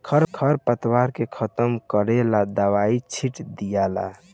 खर पतवार के खत्म करेला दवाई छिट दियाला